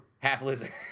Half-lizard